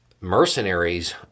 Mercenaries